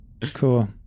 Cool